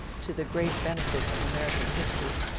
to the great benefit of american history.